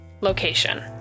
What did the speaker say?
Location